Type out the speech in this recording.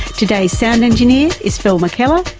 today's sound engineer is phil mckellar.